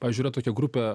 pavyzdžiui yra tokia grupė